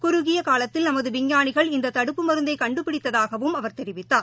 குறுகியகாலத்தில் நமதுவிஞ்ஞாளிகள் இந்ததடுப்பு மருந்தைகண்டுபிடித்ததாகவும் அவர் தெரிவித்தார்